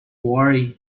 worry